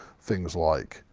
things like,